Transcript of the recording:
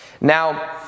now